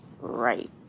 Right